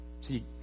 See